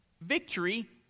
Victory